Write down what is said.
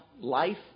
life